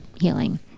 healing